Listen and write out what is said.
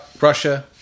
Russia